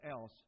else